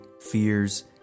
fears